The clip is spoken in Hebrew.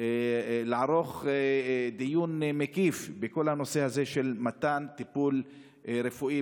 לערוך דיון מקיף בכל הנושא הזה של מתן טיפול רפואי,